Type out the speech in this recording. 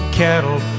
cattle